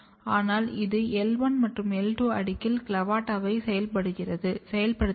ஆனால் இது L1 மற்றும் L2 அடுக்கில் CLAVATA ஐ செயல்படுத்துகிறது